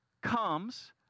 comes